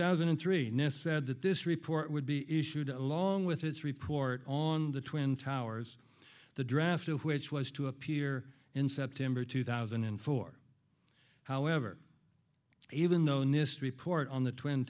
thousand and three nist said that this report would be issued along with its report on the twin towers the drafter which was to appear in september two thousand and four however even though nist report on the twin